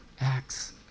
acts